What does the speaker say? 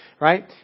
right